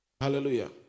Hallelujah